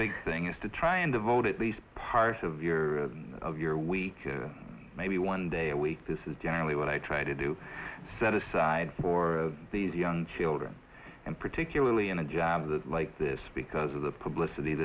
big thing is to try and vote at least part of your of your week maybe one day a week this is generally what i try to do set aside for these young children and particularly in a job like this because of the publicity